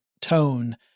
tone